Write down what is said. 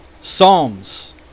Psalms